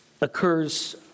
occurs